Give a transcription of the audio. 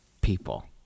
people